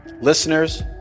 Listeners